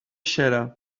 xera